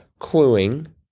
cluing